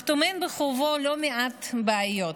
אך טומן בחובו לא מעט בעיות.